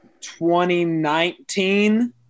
2019